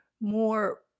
more